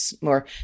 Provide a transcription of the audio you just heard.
more